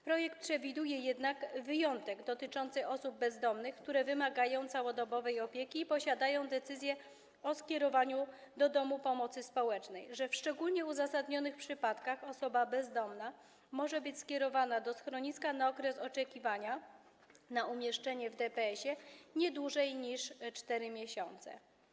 Projekt przewiduje jednak wyjątek dotyczący osób bezdomnych, które wymagają całodobowej opieki i posiadają decyzję o skierowaniu do domu pomocy społecznej: w szczególnie uzasadnionych przypadkach osoba bezdomna może być skierowana do schroniska na okres oczekiwania na umieszczenie w DPS-ie, nie dłużej niż na 4 miesiące.